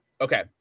okay